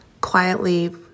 quietly